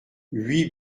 huit